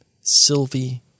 Sylvie